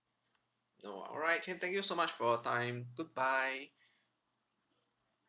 no alright can thank you so much for your time goodbye